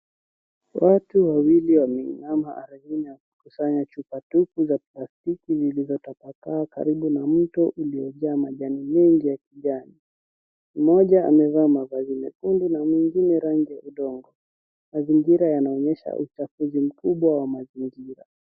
Watu wawili wameinama ardhini na kukusanya chupa tupu za plastiki zilizotapakaa karibu na mto uliojaa majani mengi ya kijani. Mmoja amevaa mavazi mekundu na mwingine rangi ya udongo. Mazingira yanaonyesha uchafuzi mkubwa wa mazingira.